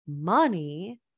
Money